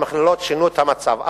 המכללות שינו את המצב.